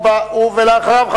ולאחריו,